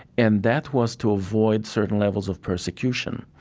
and that was to avoid certain levels of persecution.